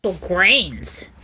grains